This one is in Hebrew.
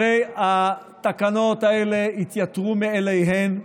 הרי התקנות האלה יתייתרו מאליהן,